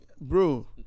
Bro